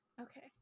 okay